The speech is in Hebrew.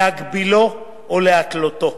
להגבילו או להתלותו.